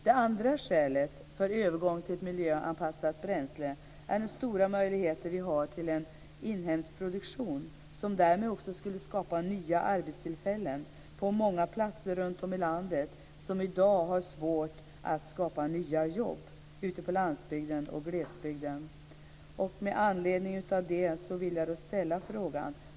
Det andra skälet för en övergång till ett miljöanpassat bränsle är de stora möjligheter vi har till en inhemsk produktion som skulle skapa nya arbetstillfällen på många platser runtom i landet ute på landsbygden och i glesbygden där man i dag har svårt att skapa nya jobb. Med anledning av det vill jag ställa en fråga.